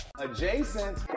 Adjacent